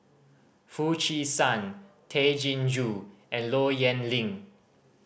Foo Chee San Tay Chin Joo and Low Yen Ling